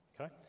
okay